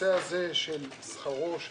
הנושא הזה של שכרו של